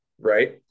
right